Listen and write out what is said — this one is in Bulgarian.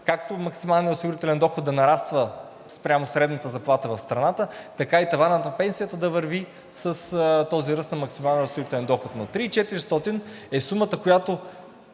както максималният осигурителен доход да нараства спрямо средната заплата в страната, така и таванът на пенсията да върви с този ръст на максималния осигурителен доход, но 3400 е сумата, която